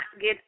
get